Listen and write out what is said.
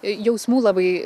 jausmų labai